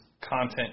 content